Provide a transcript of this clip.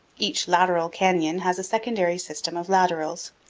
each lateral canyon has a secondary system of laterals,